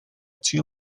two